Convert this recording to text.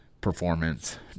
performance